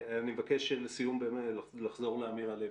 אני מבקש לסיום לחזור לאמיר הלוי.